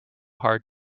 hard